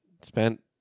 spent